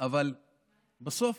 אבל בסוף